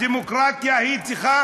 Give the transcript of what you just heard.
הדמוקרטיה צריכה